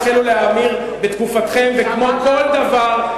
מחירי הדירות החלו להאמיר בתקופתכם, וכמו בכל דבר,